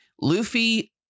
Luffy